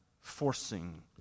forcing